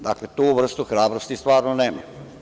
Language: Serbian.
Dakle tu vrstu hrabrosti stvarno nemam.